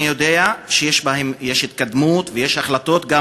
אני יודע שיש התקדמות ויש החלטות גם